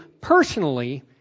personally